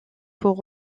pour